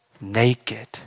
naked